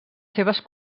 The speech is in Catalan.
seves